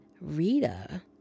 Rita